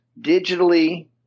digitally